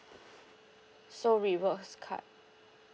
so rewards card